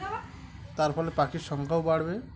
তার ফলে পাখির সংখ্যাও বাড়বে